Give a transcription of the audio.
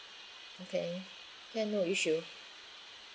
okay can no issue